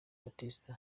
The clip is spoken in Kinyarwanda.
baptiste